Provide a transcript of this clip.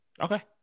okay